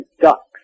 ducks